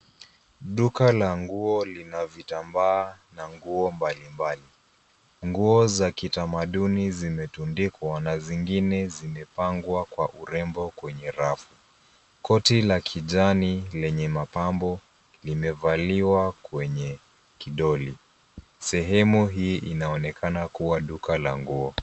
Duka la nguo lina vitamba na nguo mbalimbali. Nguo za kitamaduni zimetundikwa na zingine zimepangwa kwa urembo kwenye rafu. Koti la kijani lenye mapambo limevaliwa kwenye kidole. Sehemu hii inaonekana kuwa duka la nguo.